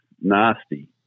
nasty